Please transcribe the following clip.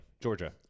Georgia